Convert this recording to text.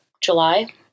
July